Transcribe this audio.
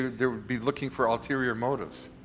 they would be looking for ulterior motives.